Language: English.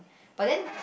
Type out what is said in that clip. but then